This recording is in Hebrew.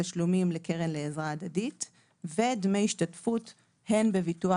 תשלומים לקרן לעזרה הדדית ודמי השתתפות הן בביטוח